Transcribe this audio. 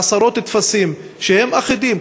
עשרות טפסים שהם אחידים,